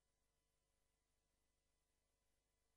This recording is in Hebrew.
למרות